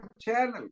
channel